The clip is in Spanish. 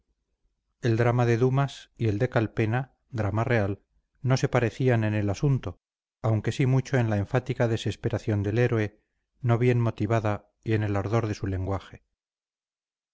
el drama de dumas y el de calpena drama real no se parecían en el asunto aunque sí mucho en la enfática desesperación del héroe no bien motivada y en el ardor de su lenguaje